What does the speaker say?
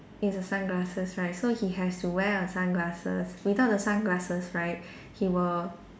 it's a sunglasses right so he has to wear the sunglasses without the sunglasses right he will